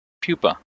pupa